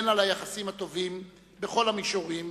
והן על היחסים הטובים בכל המישורים